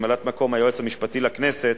ממלאת-מקום היועץ המשפטי לכנסת,